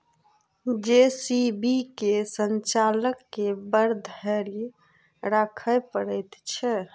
JCB के संचालक के बड़ धैर्य राखय पड़ैत छै